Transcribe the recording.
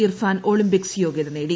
Irfan Olympics യോഗൃത നേടി